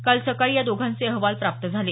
काल सकाळी या दोघांचे अहवाल प्राप्त झाले